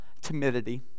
timidity